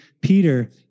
Peter